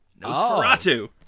nosferatu